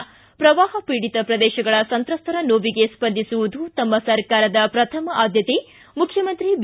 ಿ ಪ್ರವಾಹ ಪೀಡಿತ ಪ್ರದೇಶಗಳ ಸಂತ್ರಸ್ತರ ನೋವಿಗೆ ಸ್ಪಂದಿಸುವುದು ತಮ್ಮ ಸರ್ಕಾರದ ಪ್ರಥಮ ಆದ್ಯತೆ ಮುಖ್ಯಮಂತ್ರಿ ಬಿ